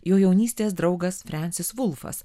jo jaunystės draugas frensis vulfas